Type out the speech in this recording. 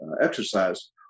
exercise